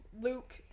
Luke